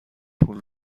پول